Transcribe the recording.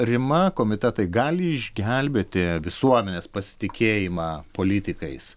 rima komitetai gali išgelbėti visuomenės pasitikėjimą politikais